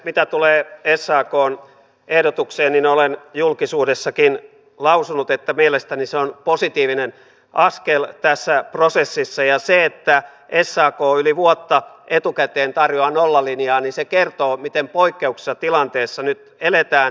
mitä tulee sakn ehdotukseen niin olen julkisuudessakin lausunut että mielestäni se on positiivinen askel tässä prosessissa ja se että sak yli vuotta etukäteen tarjoaa nollalinjaa kertoo miten poikkeuksellisessa tilanteessa nyt eletään